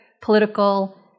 political